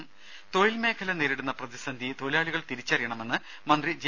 രേര തൊഴിൽ മേഖല നേരിടുന്ന പ്രതിസന്ധി തൊഴിലാളികൾ തിരിച്ചറിയണമെന്ന് മന്ത്രി ജെ